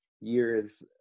years